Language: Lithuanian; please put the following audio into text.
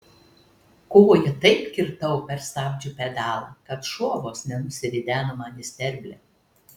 koja taip kirtau per stabdžių pedalą kad šuo vos nenusirideno man į sterblę